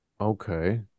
Okay